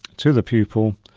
to the pupil,